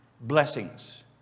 blessings